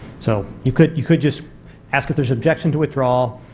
so you could you could just ask if there is objection to withdrawal,